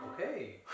Okay